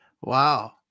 Wow